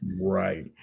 Right